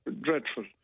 dreadful